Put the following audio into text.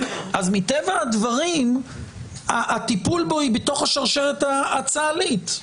מטבע הדברים הטיפול בו במסגרת השרשרת הצה"לית,